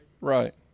Right